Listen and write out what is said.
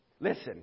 Listen